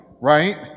right